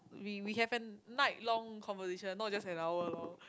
we we have an night long conversation not just an hour long